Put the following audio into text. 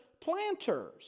planters